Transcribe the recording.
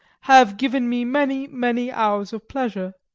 have given me many, many hours of pleasure.